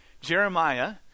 Jeremiah